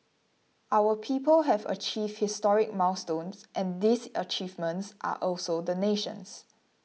our people have achieved historic milestones and these achievements are also the nation's